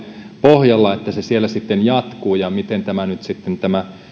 pohjalla että se siellä sitten jatkuu ja miten nyt sitten tämä